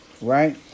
right